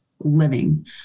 living